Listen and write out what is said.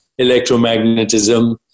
electromagnetism